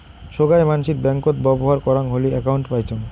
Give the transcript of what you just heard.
সোগায় মানসির ব্যাঙ্কত ব্যবহর করাং হলি একউন্ট পাইচুঙ